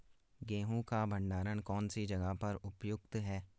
गेहूँ का भंडारण कौन सी जगह पर उपयुक्त है?